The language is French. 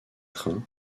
trains